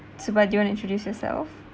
suba do you want to introduce yourself